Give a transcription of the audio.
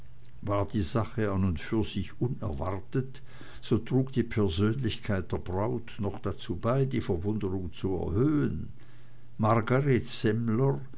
war die sache an und für sich unerwartet so trug die persönlichkeit der braut noch dazu bei die verwunderung zu erhöhen